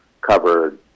covered